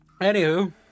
anywho